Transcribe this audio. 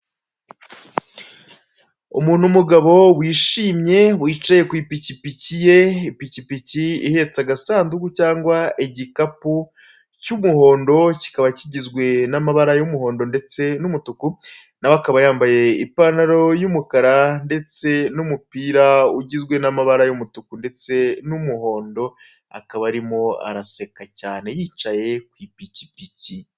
Umuntu w'umugabo wishimye wicaye ku ipikipiki ye, ipikipiki ihetse agasanduku cyangwa igikapu kikaba kigizwe n'amabara y'umuhondo ndetse n'umutuku ndetse nawe akaba, yambaye ipantaro y'umukara ndetse n'umupira ugizwe n'amabara y'umutuku ndetse n'umuhondo akaba arimo araseka cyane yicaye ku ipikipiki.